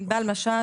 משש,